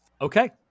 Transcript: Okay